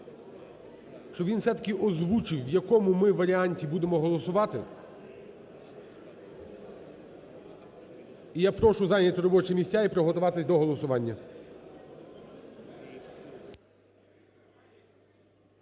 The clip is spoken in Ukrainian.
щоб він все-таки озвучив, в якому ми варіанті будемо голосувати. І я прошу зайняти робочі місця і приготуватись до голосування.